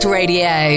Radio